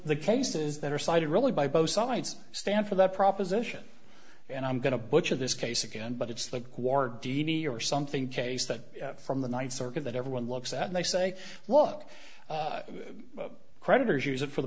the cases that are cited really by both sides stand for that proposition and i'm going to butcher this case again but it's like war d d or something case that from the ninth circuit that everyone looks at and they say look creditors use it for the